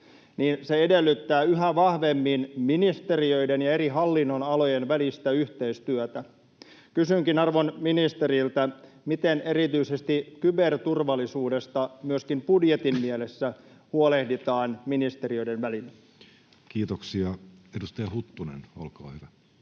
se edellyttää yhä vahvemmin ministeriöiden ja eri hallinnonalojen välistä yhteistyötä. Kysynkin arvon ministeriltä: miten erityisesti kyberturvallisuudesta myöskin budjetin mielessä huolehditaan ministeriöiden välillä? Kiitoksia. — Edustaja Huttunen, olkaa hyvä.